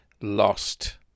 lost